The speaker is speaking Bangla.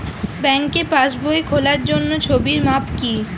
ব্যাঙ্কে পাসবই খোলার জন্য ছবির মাপ কী?